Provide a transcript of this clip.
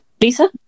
lisa